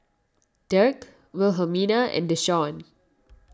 Dirk Wilhelmina and Deshaun